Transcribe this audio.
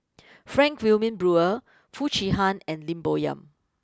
Frank Wilmin Brewer Foo Chee Han and Lim Bo Yam